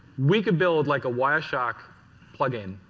we could build like a wire shock plugin